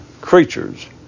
creatures